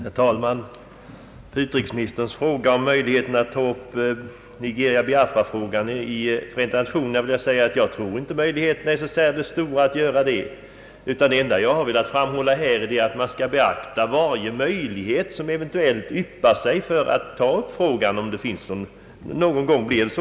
Herr talman! Beträffande utrikesministerns fråga om möjligheterna att ta upp Nigeria—Biafra-frågan i FN vill jag säga att jag inte tror att de möjligheterna är särskilt stora. Det enda jag har velat framhålla här är att man skall beakta varje möjlighet som eventuellt yppar sig att ta upp frågan.